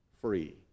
free